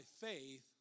faith